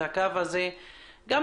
את הקו הזה בחברה,